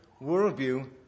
Worldview